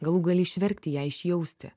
galų gale išverkti ją išjausti